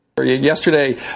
Yesterday